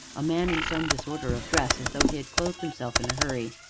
a man in some disorder of dress, as though he had clothed himself in a hurry.